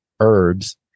herbs